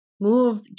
move